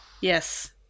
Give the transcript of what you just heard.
Yes